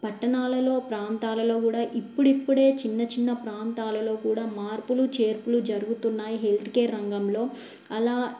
పట్టణాలలో ప్రాంతాలలో కూడా ఇప్పుడిప్పుడే చిన్న చిన్న ప్రాంతాలలో కూడా మార్పులు చేర్పులు జరుగుతున్నాయి హెల్త్ కేర్ రంగంలో అలా